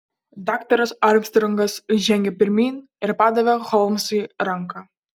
daktaras armstrongas žengė pirmyn ir padavė holmsui ranką